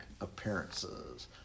appearances